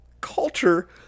culture